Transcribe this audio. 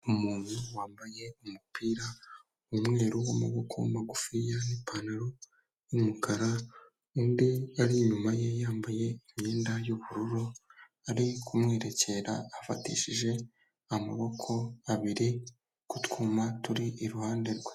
umuntu wambaye umupira w'umweru w'amaboko magufiya n'ipantaro y'umukara, undi ari inyuma ye yambaye imyenda y'ubururu ari kumwerekera afatishije amaboko abiri ku twuma turi iruhande rwe.